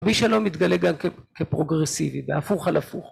מי שלא מתגלה גם כפרוגרסיבי בהפוך על הפוך